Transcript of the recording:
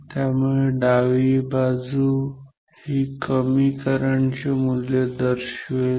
त्यामुळे डावी बाजू ही कमी करंट चे मूल्य दर्शवेल